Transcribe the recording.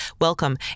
welcome